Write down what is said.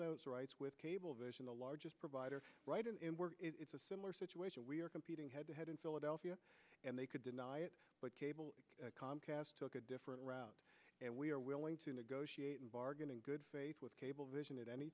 those rights with cablevision the largest provider right and it's a similar situation we are competing head to head in philadelphia and they could deny it but cable comcast took a different route and we are willing to negotiate and bargain in good faith with cablevision at any